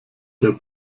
der